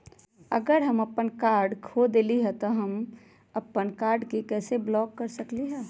अगर हम अपन कार्ड खो देली ह त हम अपन कार्ड के कैसे ब्लॉक कर सकली ह?